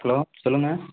hello சொல்லுங்க